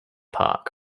park